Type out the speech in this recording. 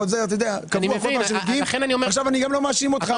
אני גם לא מאשים אותך.